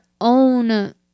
own